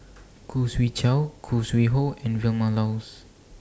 Khoo Swee Chiow Khoo Sui Hoe and Vilma Laus